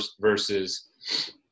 versus